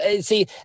see